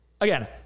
again